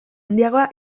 handiagoa